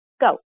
Go